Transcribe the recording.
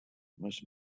most